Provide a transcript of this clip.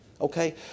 Okay